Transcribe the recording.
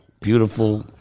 beautiful